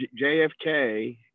JFK